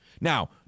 Now